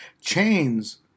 Chains